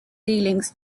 feelings